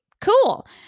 cool